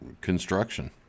construction